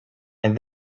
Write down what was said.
and